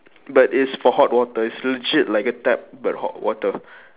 but it's for hot water it's legit like a tap but hot water